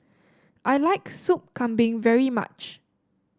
I like Soup Kambing very much